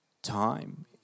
time